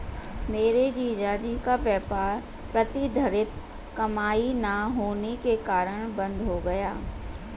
मेरे जीजा जी का व्यापार प्रतिधरित कमाई ना होने के कारण बंद हो गया